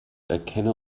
erkenne